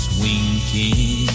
winking